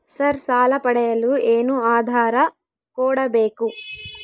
Sir ಸಾಲ ಪಡೆಯಲು ಏನು ಆಧಾರ ಕೋಡಬೇಕು?